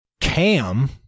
Cam